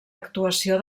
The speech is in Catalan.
actuació